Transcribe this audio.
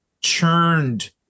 churned